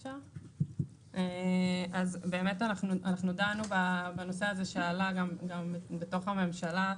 אנחנו דנו בנושא הזה שעלה גם בתוך הממשלה.